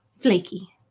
Flaky